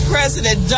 President